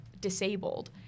disabled